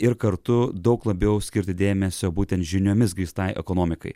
ir kartu daug labiau skirti dėmesio būtent žiniomis grįstai ekonomikai